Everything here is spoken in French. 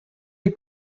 est